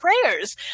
prayers